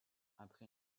après